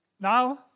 Now